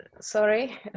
sorry